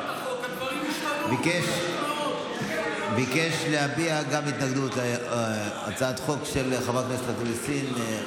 ביקש להביע התנגדות להצעת החוק של חברת הכנסת ח'טיב יאסין,